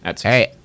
Hey